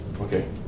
Okay